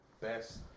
best